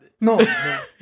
no